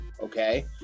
Okay